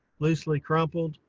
loosely crumpled,